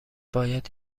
باید